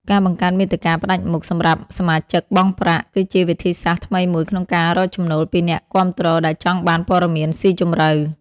ការបង្កើតមាតិកាផ្តាច់មុខសម្រាប់សមាជិកបង់ប្រាក់ គឺជាវិធីសាស្ត្រថ្មីមួយក្នុងការរកចំណូលពីអ្នកគាំទ្រដែលចង់បានព័ត៌មានស៊ីជម្រៅ។